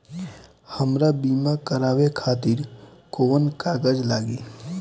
हमरा बीमा करावे खातिर कोवन कागज लागी?